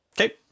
Okay